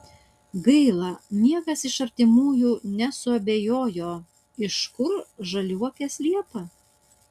gaila niekas iš artimųjų nesuabejojo iš kur žaliuokės liepą